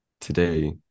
today